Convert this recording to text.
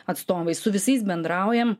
atstovais su visais bendraujam